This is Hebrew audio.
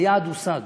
היעד הושג.